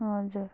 हजुर